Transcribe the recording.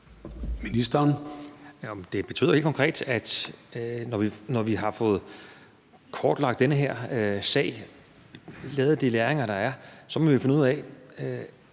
Heunicke): Det betyder helt konkret, at når vi har fået kortlagt den her sag og lært de læringer, der er, må vi finde ud af,